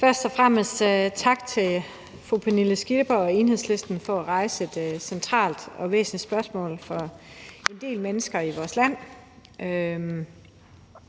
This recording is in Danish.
Først og fremmest tak til fru Pernille Skipper og Enhedslisten for at rejse et centralt og væsentligt spørgsmål for en del mennesker i vores land.